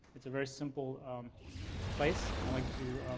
it's a very simple place. i like to